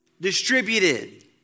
distributed